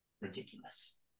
Ridiculous